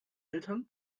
eltern